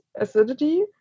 acidity